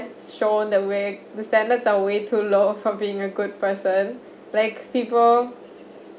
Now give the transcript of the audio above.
shown the way the standards are way too low for being a good person like people